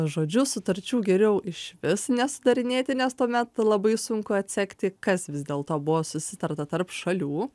žodžiu sutarčių geriau išvis nesudarinėti nes tuomet labai sunku atsekti kas vis dėlto buvo susitarta tarp šalių